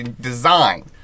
design